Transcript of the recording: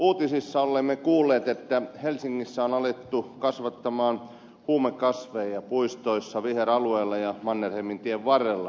uutisissa olemme kuulleet että helsingissä on alettu kasvattaa huumekasveja puistoissa viheralueilla ja mannerheimintien varrella muun muassa